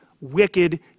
wicked